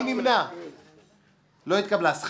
לא הצבעת, מה.